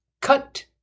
Cut